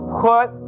put